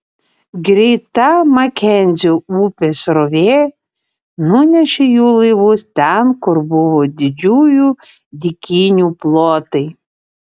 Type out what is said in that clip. greita makenzio upės srovė nunešė jų laivus ten kur buvo didžiųjų dykynių plotai